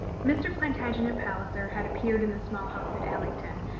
mr. plantagenet palliser had appeared in the small house at allington,